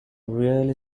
really